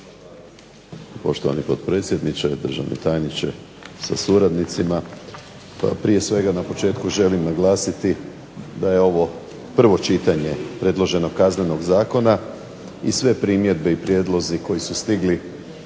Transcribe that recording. Poštovani potpredsjedniče, državni tajniče se suradnicima. Pa prije svega na početku želim naglasiti da je ovo prvo čitanje predloženog Kaznenog zakona i sve primjedbe i prijedlozi koji su stigli,